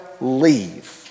leave